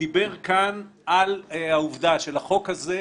שדיבר כאן על העובדה שלחוק הזה,